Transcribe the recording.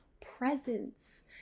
presence